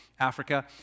Africa